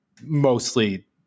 mostly